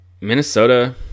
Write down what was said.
Minnesota